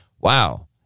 wow